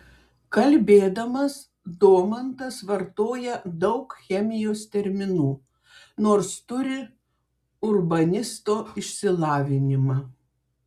kalbėdamas domantas vartoja daug chemijos terminų nors turi urbanisto išsilavinimą